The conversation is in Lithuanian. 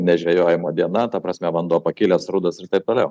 nežvejojimo diena ta prasme vanduo pakilęs rudas ir taip toliau